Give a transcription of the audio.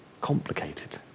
complicated